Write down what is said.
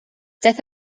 daeth